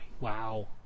Wow